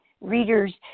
readers